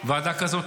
ועדה כזאת,